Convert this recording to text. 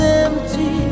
empty